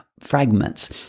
fragments